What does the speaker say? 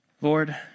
Lord